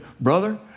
brother